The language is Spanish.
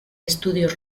estudios